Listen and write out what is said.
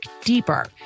deeper